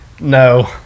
No